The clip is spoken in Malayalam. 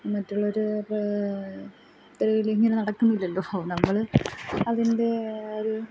മറ്റുള്ളൊരു ഇപ്പം തെരുവിലിങ്ങനെ നടക്കുന്നില്ലല്ലൊ നമ്മൾ അതിന്റെ ഒരു